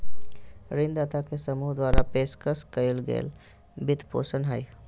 ऋणदाता के समूह द्वारा पेशकश कइल गेल वित्तपोषण हइ